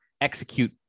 execute